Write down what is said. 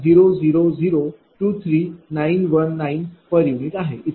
00023919 p